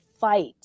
fight